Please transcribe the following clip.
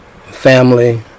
family